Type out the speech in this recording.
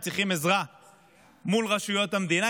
הם צריכים עזרה מול רשויות המדינה,